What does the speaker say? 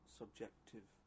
subjective